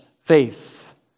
faith